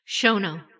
Shono